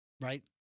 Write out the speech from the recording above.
Right